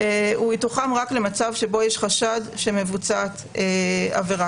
הוא יתוחם רק למצב שבו יש חשד שמבוצעת עבירה.